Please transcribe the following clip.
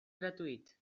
gratuït